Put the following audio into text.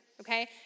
Okay